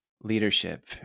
Leadership